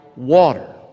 water